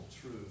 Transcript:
truth